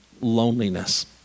loneliness